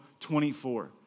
24